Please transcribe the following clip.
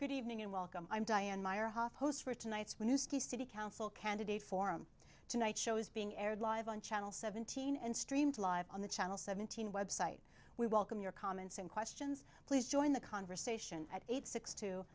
good evening and welcome i'm diane meyerhoff posts for tonight's when you see city council candidate forum tonight show is being aired live on channel seventeen and streamed live on the channel seventeen website we welcome your comments and questions please join the conversation at eight six to